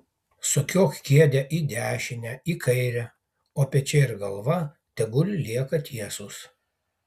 sukiok kėdę į dešinę į kairę o pečiai ir galva tegul lieka tiesūs